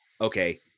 okay